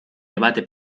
debate